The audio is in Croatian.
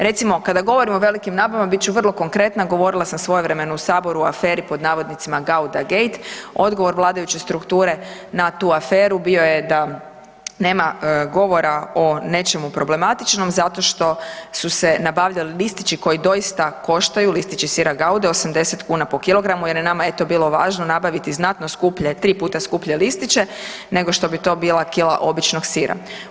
Recimo kada govorimo o velikim nabavama, bit ću vrlo konkretna govorila sam svojevremeno u Saboru o aferi „Gouda gate“, odgovor vladajuće strukture na tu aferu bio je da nema govora o nečemu problematičnom zato što su se nabavljali listići koji doista koštaju, listići sira Goude 80 kuna po kilogramu jer je nama eto bilo važno nabaviti znatno skuplje, tri puta skuplje listiće nego što bi to bila kila običnog sira.